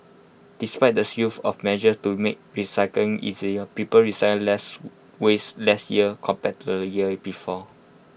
despite the slew of measures to make recycling easier people recycled less waste last year compared to the year before